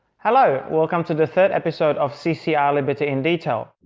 hello welcome to the third episode of ccr liberty in detail